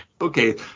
okay